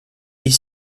est